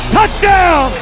Touchdown